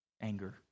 anger